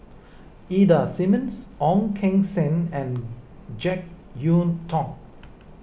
Ida Simmons Ong Keng Sen and Jek Yeun Thong